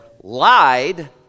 lied